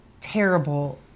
terrible